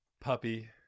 Puppy